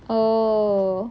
oh